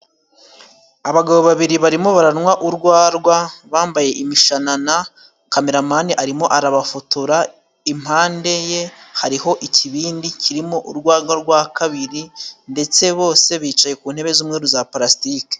Abagabo babiri barimo baranwa urwarwa, bambaye imishanana na kameramani arimo arabafotora, impande ye hariho ikibindi kirimo urwagwa rwa kabiri, ndetse bose bicaye ku ntebe z'umweru za palasitiki.